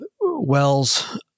wells